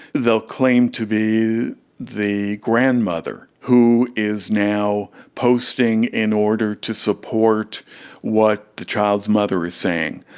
they will claim to be the grandmother who is now posting in order to support what the child's mother is saying.